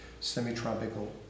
semi-tropical